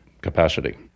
capacity